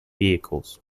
vehicles